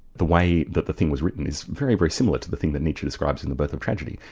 the way that the thing was written is very, very similar to the thing that nietzsche describes in the birth of tragedy.